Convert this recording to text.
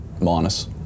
minus